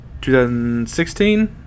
2016